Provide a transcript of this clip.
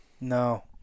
No